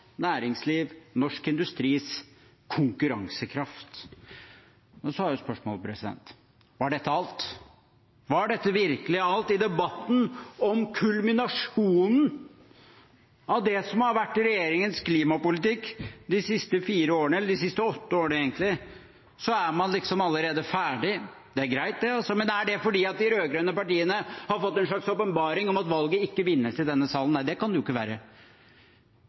næringsliv og norsk industris konkurransekraft. Så er spørsmålet: Var dette alt? Var dette virkelig alt i debatten om kulminasjonen av det som har vært regjeringens klimapolitikk de siste fire årene, eller de siste åtte årene egentlig? Er man liksom allerede ferdig? Det er greit det, altså. Men er det fordi de rød-grønne partiene har fått en slags åpenbaring om at valget ikke vinnes i denne salen? Nei, det kan det jo ikke være.